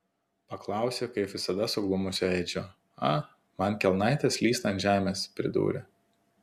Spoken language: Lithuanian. paklausė kaip visada suglumusio edžio a man kelnaitės slysta ant žemės pridūrė